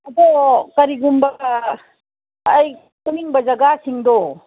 ꯑꯗꯣ ꯀꯔꯤꯒꯨꯝꯕ ꯑꯩ ꯄꯨꯅꯤꯡꯕ ꯖꯒꯥꯁꯤꯡꯗꯣ